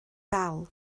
dal